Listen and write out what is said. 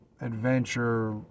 adventure